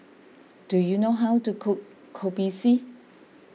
do you know how to cook Kopi C